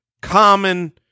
common